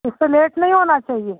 उससे लेट नहीं होना चाहिए